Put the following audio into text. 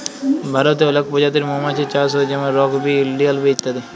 ভারতে অলেক পজাতির মমাছির চাষ হ্যয় যেমল রক বি, ইলডিয়াল বি ইত্যাদি